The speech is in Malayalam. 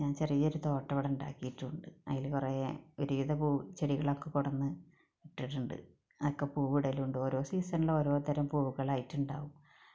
ഞാൻ ചെറിയൊരു തോട്ടം ഇവിടെ ഉണ്ടാക്കിയിട്ടുണ്ട് അതിൽ കുറെ ഒരുവിധ പൂ ചെടികളൊക്കെ കൊണ്ടുവന്ന് നട്ടിട്ടുണ്ട് അതൊക്കെ പൂവ് ഇടലുണ്ട് ഓരോ സീസണിലും ഓരോ തരം പൂവുകളായിട്ട് ഉണ്ടാകും